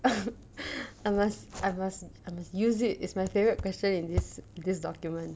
I must I must I must use it it's my favourite question in this this document